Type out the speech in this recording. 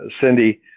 Cindy